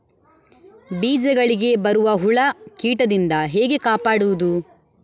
ಬೀಜಗಳಿಗೆ ಬರುವ ಹುಳ, ಕೀಟದಿಂದ ಹೇಗೆ ಕಾಪಾಡುವುದು?